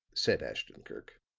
said ashton-kirk.